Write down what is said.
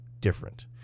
different